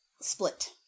split